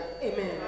Amen